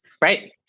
right